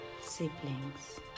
siblings